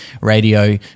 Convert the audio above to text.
radio